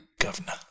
Governor